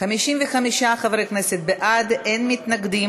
העבודה, הרווחה והבריאות להכנה לקריאה ראשונה.